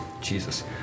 Jesus